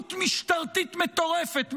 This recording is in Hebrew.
אלימות משטרתית מטורפת,